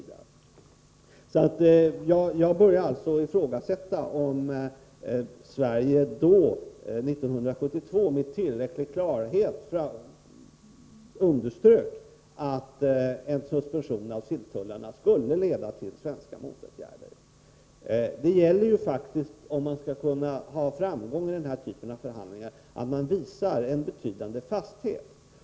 Jag är alltså benägen att ifrågasätta Sveriges agerande år 1972— om Sverige tillräckligt tydligt underströk att en suspension beträffande silltullarna skulle leda till svenska motåtgärder. Om man skall nå framgång i den typen av förhandlingar, gäller det faktiskt att visa en betydande fasthet.